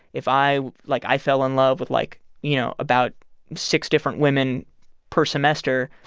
if i like, i fell in love with, like, you know, about six different women per semester